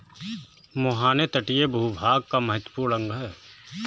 मुहाने तटीय भूभाग का महत्वपूर्ण अंग है